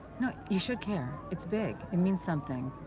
no, you should care, it's big, it means something.